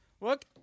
Look